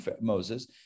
Moses